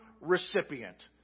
recipient